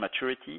maturity